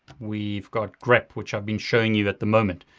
we've got grep, which i've been showing you at the moment.